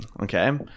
okay